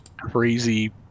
crazy